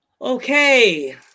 Okay